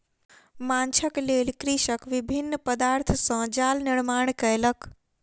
माँछक लेल कृषक विभिन्न पदार्थ सॅ जाल निर्माण कयलक